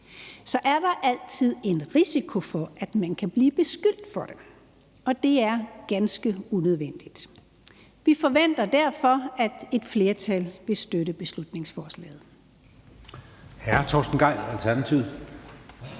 – er der altid en risiko for, at man kan blive beskyldt for det, og det er ganske unødvendigt. Vi forventer derfor, at et flertal vil støtte beslutningsforslaget.